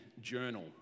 journal